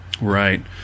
Right